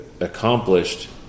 accomplished